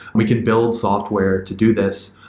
we can build software to do this.